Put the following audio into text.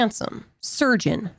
surgeon